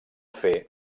fer